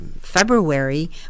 February